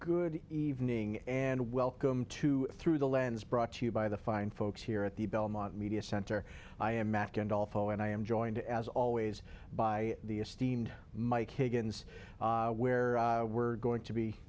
good evening and welcome to through the lens brought to you by the fine folks here at the belmont media center i am and i am joined as always by the esteemed mike higgins where we're going to be